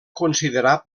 considerar